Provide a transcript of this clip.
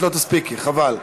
את לא תספיקי, חבל.